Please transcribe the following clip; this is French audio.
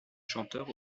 chanteur